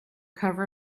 cover